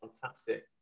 fantastic